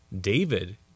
David